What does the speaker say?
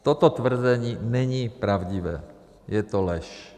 Toto tvrzení není pravdivé, je to lež.